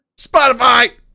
Spotify